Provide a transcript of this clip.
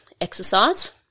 exercise